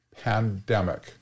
pandemic